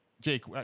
Jake